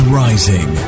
rising